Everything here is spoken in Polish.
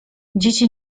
dzieci